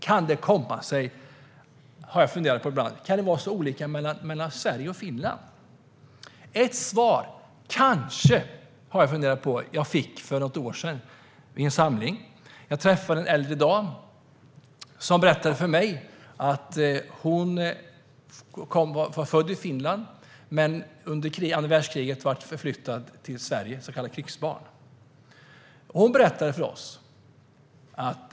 Jag har ibland funderat på hur det kan vara på så olika sätt i Sverige och Finland. Ett svar kanske jag fick för något år sedan vid en samling. Jag träffade då en äldre dam. Hon berättade för mig att hon var född i Finland men kom till Sverige som ett så kallat krigsbarn under andra världskriget.